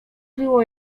było